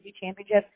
championship